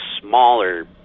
smaller